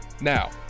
Now